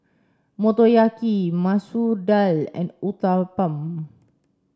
Motoyaki Masoor Dal and Uthapam